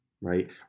right